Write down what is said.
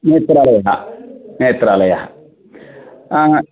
नेत्रालयः नेत्रालयः अं